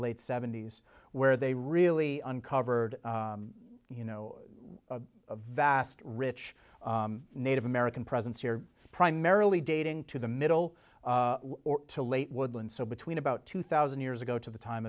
late seventy's where they really uncovered you know a vast rich native american presence here primarily dating to the middle to late woodlands so between about two thousand years ago to the time